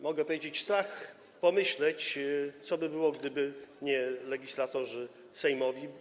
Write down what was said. Mogę powiedzieć: strach pomyśleć, co by było, gdyby nie legislatorzy sejmowi.